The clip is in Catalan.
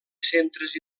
centres